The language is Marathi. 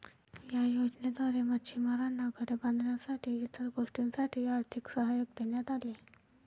या योजनेद्वारे मच्छिमारांना घरे बांधण्यासाठी इतर गोष्टींसाठी आर्थिक सहाय्य देण्यात आले